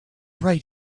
right